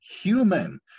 human